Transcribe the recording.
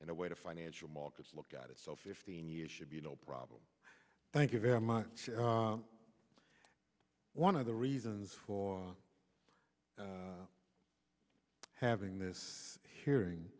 in a way to financial markets look at itself fifteen years should be no problem thank you very much one of the reasons for having this hearing